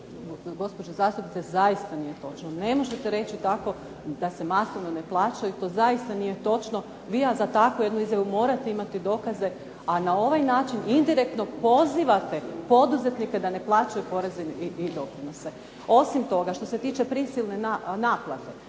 gospođo zastupnice zaista nije točno. Ne možete reći tako da se masovno ne plaćaju, to zaista nije točno, vi za takvu jednu izjavu morate imati dokaze a na ovaj način indirektno pozivate poduzetnike da ne plaćaju poreze i doprinose. Osim toga, što se tiče prisilne naplate